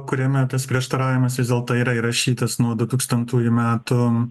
kuriame tas prieštaravimas vis dėlto yra įrašytas nuo du tūkstantųjų metų